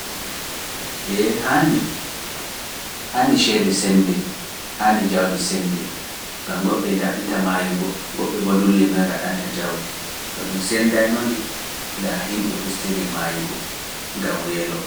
Eey haandi - haandi ceede senndee, haandi njawdi senndee, ngam goɓɓe e ɗaɓɓita maayugo, goɓɓe boo ndullii noye ngaɗanta njawdi, to ɗum senndaynoo-ndi, ndaa yimɓe ɓustirii maayugo, ngam weelo.